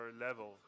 level